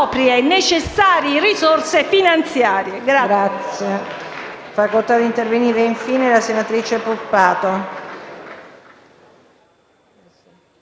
Grazie,